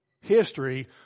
history